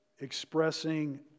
expressing